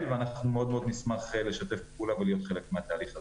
ואנחנו מאוד נשמח לשתף פעולה ולהיות חלק מהתהליך הזה.